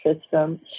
system